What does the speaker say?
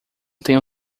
tenho